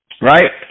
right